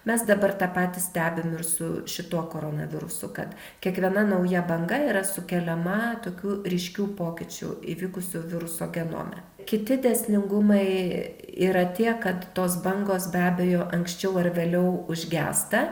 mes dabar tą patį stebim ir su šituo koronavirusu kad kiekviena nauja banga yra sukeliama tokių ryškių pokyčių įvykusių viruso genome kiti dėsningumai yra tie kad tos bangos be abejo anksčiau ar vėliau užgęsta